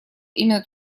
именно